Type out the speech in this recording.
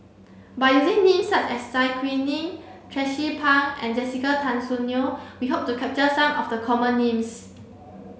by using names such as Zai Kuning Tracie Pang and Jessica Tan Soon Neo we hope to capture some of the common names